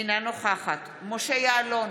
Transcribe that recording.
אינה נוכחת משה יעלון,